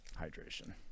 hydration